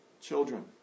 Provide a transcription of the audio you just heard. children